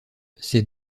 ces